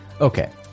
Okay